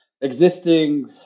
existing